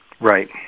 right